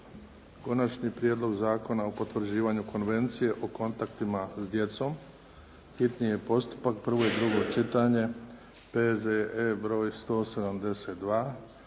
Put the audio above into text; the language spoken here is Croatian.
Konačni prijedlog zakona o potvrđivanju Konvencije o kontaktima s djecom, hitni postupak, prvo i drugo čitanje, P.Z.E. br. 172.